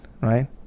right